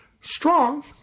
Strong